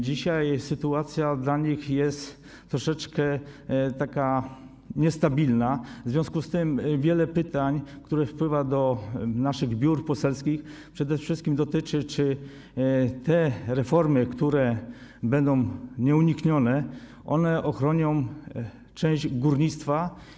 Dzisiaj sytuacja dla nich jest trochę taka niestabilna, w związku z tym wiele pytań, które wpływają do naszych biur poselskich, przede wszystkim dotyczy tego, czy te reformy, które będą nieuniknione, ochronią część górnictwa.